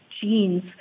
genes